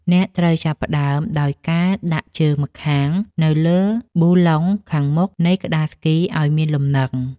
អ្នកត្រូវចាប់ផ្ដើមដោយការដាក់ជើងម្ខាងនៅពីលើប៊ូឡុងខាងមុខនៃក្ដារស្គីឱ្យមានលំនឹង។